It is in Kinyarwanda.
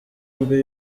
mbi